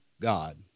God